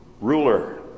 ruler